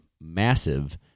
massive